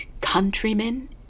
countrymen